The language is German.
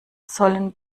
sollen